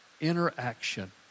interaction